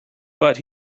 but